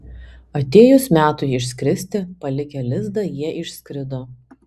atėjus metui išskristi palikę lizdą jie išskrido